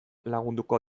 lagunduko